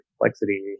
complexity